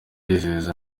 yizeza